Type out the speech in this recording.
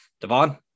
Devon